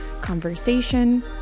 conversation